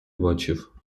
бачив